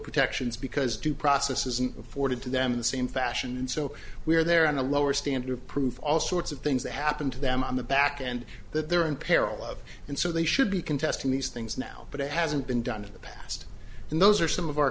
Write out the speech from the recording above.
protections because due process isn't afforded to them the same fashion and so we're there on the lower standard of proof all sorts of things that happened to them on the back end that they're in peril of and so they should be contesting these things now but it hasn't been done in the past and those are some of our